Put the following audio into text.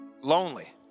lonely